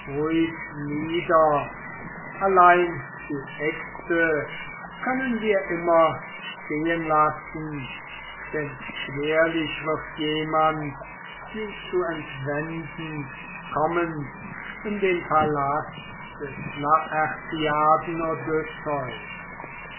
nieder allein die äxte können wir immer stehen lassen denn schwerlich wird jemand sie zu entwenden kommen in den palast des